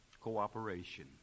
Cooperation